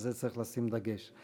אז על זה צריך לשים דגש.